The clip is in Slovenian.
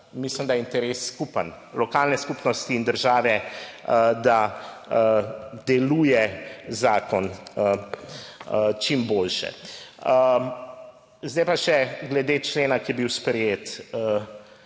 mislim, da je interes skupen, lokalne skupnosti in države, da deluje zakon čim boljše. Zdaj pa še glede člena, ki je bil sprejet.